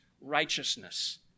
righteousness